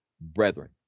brethren